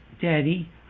Daddy